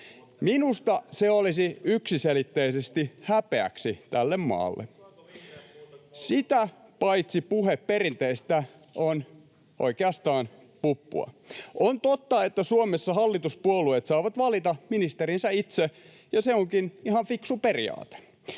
Osaavatko vihreät muuta kuin mollata?] Sitä paitsi puhe perinteistä on oikeastaan puppua. On totta, että Suomessa hallituspuolueet saavat valita ministerinsä itse, ja se onkin ihan fiksu periaate.